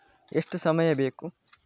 ಎಷ್ಟು ಸಮಯ ಬೇಕು?